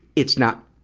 it's not,